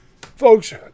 Folks